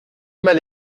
mal